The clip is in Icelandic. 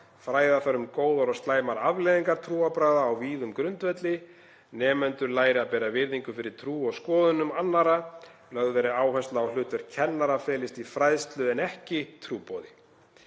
Fræða þarf um góðar og slæmar afleiðingar trúarbragða á víðum grundvelli. Nemendur læri að bera virðingu fyrir trú og skoðunum annarra. Lögð verði áhersla á að hlutverk kennara felist í fræðslu en ekki trúboði.